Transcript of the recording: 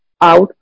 out